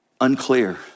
unclear